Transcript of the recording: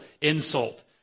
insult